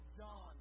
John